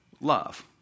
love